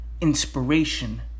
inspiration